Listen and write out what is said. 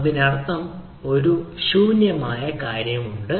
അതിനർത്ഥം ഒരു ശൂന്യമായ കാര്യമുണ്ട്